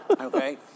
Okay